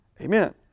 Amen